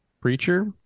preacher